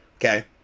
Okay